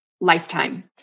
lifetime